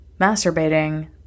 masturbating